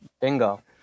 Bingo